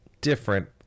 different